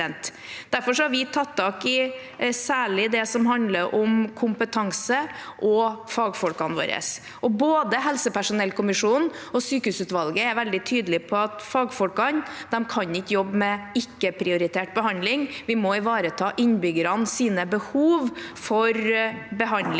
Derfor har vi tatt tak i særlig det som handler om kompetanse og fagfolkene våre, og både helsepersonellkommisjonen og sykehusutvalget er veldig tydelige på at fagfolkene ikke kan jobbe med ikke-prioritert behandling. Vi må ivareta innbyggernes behov for behandling